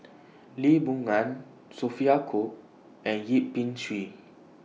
Lee Boon Ngan Sophia Cooke and Yip Pin Xiu